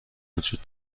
وجود